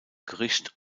gericht